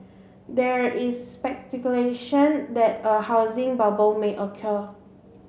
there is speculation that a housing bubble may occur